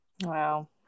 Wow